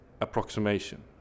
approximation